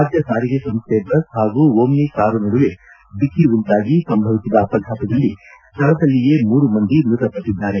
ರಾಜ್ಯ ಸಾರಿಗೆ ಸಂಸ್ಥೆ ಬಸ್ ಹಾಗೂ ಓಮ್ನಿ ಕಾರಿ ನಡುವೆ ಡಿಕ್ಕೆ ಉಂಟಾಗಿ ಸಂಭವಿಸಿದ ಅಪಘಾತದಲ್ಲಿ ಸ್ಥಳದಲ್ಲಿಯೇ ಮೂರು ಮಂದಿ ಮೃತಪಟ್ಟಿದ್ದಾರೆ